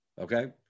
okay